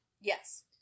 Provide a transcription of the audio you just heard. Yes